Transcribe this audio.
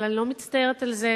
אבל אני לא מצטערת על זה,